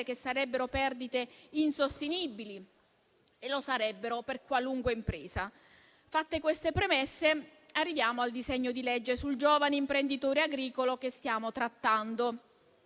che sarebbero insostenibili per qualunque impresa. Fatte queste premesse, arriviamo al disegno di legge sul giovane imprenditore agricolo che stiamo trattando,